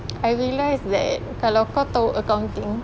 I realised that kalau kau tahu accounting